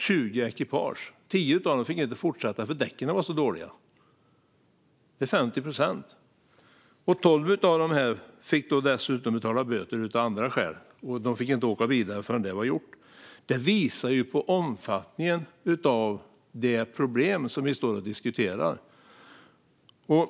Tio av dem fick inte fortsätta eftersom däcken var för dåliga. Det är 50 procent. Tolv av dem fick dessutom betala böter av andra skäl, och de fick inte åka vidare förrän böterna var betalda. Det här visar på omfattningen av det problem vi diskuterar.